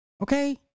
Okay